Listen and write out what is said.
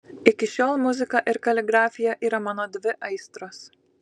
iki šiol muzika ir kaligrafija yra mano dvi aistros